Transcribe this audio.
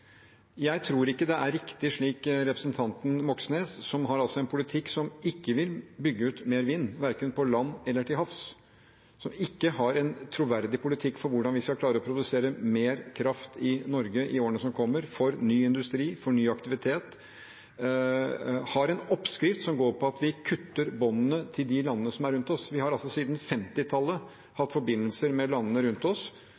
Jeg tror ikke det er riktig politikk, den representanten Moxnes har, som altså har en politikk som ikke vil bygge ut mer vind verken på land eller til havs, som ikke har en troverdig politikk for hvordan vi skal klare å produsere mer kraft i Norge i årene som kommer for ny industri, for ny aktivitet, og som har en oppskrift som går på at vi kutter båndene til de landene som er rundt oss. Vi har siden 1950-tallet hatt forbindelser med landene rundt oss, som tjener oss